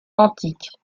antique